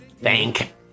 Thank